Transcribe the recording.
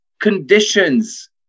conditions